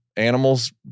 Animals